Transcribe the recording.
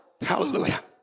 Hallelujah